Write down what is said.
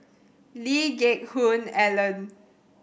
Lee Geck Hoon Ellen